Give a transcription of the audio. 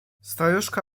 staruszka